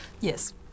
Yes